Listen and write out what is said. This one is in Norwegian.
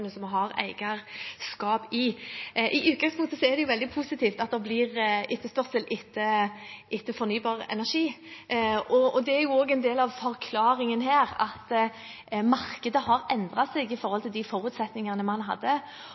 som vi har eierskap i. I utgangspunktet er det veldig positivt at det blir etterspørsel etter fornybar energi. Det er også en del av forklaringen at markedet har endret seg i forhold til de forutsetningene man hadde.